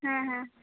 ᱦᱮᱸ ᱦᱮᱸ